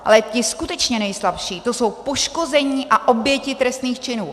Ale ti skutečně nejslabší, to jsou poškození a oběti trestných činů.